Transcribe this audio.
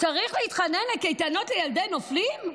צריך להתחנן לקייטנות לילדי נופלים.